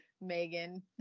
megan